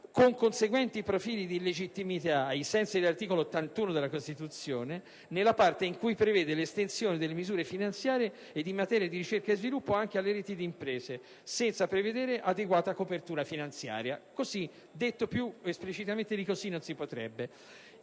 "con conseguenti profili di illegittimità ai sensi dell'articolo 81 della Costituzione, nella parte in cui prevede l'estensione delle misure finanziarie ed in materia di ricerca e sviluppo anche alle reti di imprese, senza prevedere adeguata copertura finanziaria". Più esplicitamente di così non si potrebbe